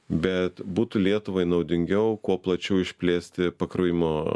bet būtų lietuvai naudingiau kuo plačiau išplėsti pakrovimo